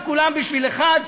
וכולם בשביל אחד,